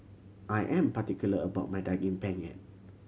I am particular about my Daging Penyet